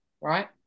right